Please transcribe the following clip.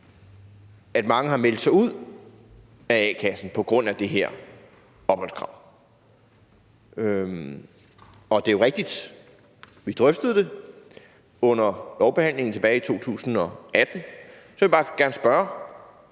at mange har meldt sig ud af a-kassen på grund af det her opholdskrav – og det er jo rigtigt, at vi drøftede det under lovbehandlingen tilbage i 2018 – vil jeg bare gerne spørge,